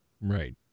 Right